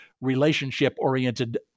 relationship-oriented